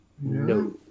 No